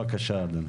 בבקשה אדוני.